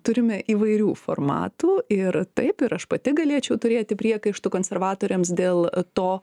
turime įvairių formatų ir taip ir aš pati galėčiau turėti priekaištų konservatoriams dėl to